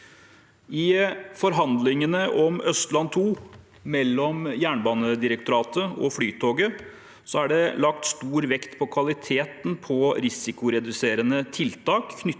I forhandlingene om Østlandet 2 mellom Jernbanedirektoratet og Flytoget er det lagt stor vekt på kvaliteten på risikoreduserende tiltak